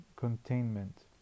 containment